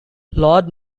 lord